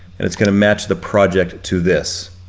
and it's gonna match the project to this.